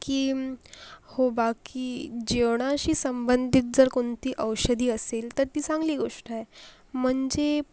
की हो बाकी जेवणाशी संबंधित जर कोणती औषधी असेल तर ती चांगली गोष्ट आहे म्हणजे